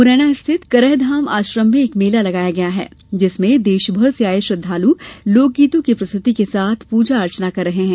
मुरैना स्थित करहधाम आश्रम में एक मेला लगाया गया है जिसमें देशभर से आये श्रद्धालु लोकगीतो की प्रस्तुति के साथ पूजा अर्चना कर रहे हैं